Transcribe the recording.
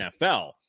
NFL